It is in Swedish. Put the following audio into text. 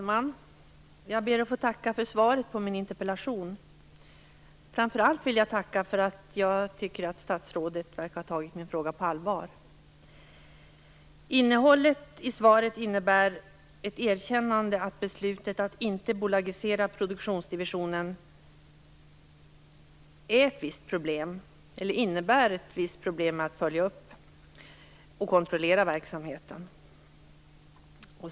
Herr talman! Jag ber att få tacka för svaret på min interpellation. Framför allt vill jag tacka för att statsrådet verkar ha tagit min fråga på allvar. Innehållet i svaret innebär ett erkännande att beslutet att inte bolagisera produktionsdivisionen medför ett visst problem att följa upp och kontrollera verksamheten.